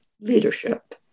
leadership